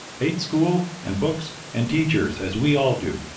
hate school and books and teachers, as we all do.